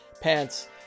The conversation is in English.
pants